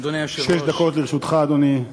אדוני היושב-ראש, שש דקות לרשותך, אדוני.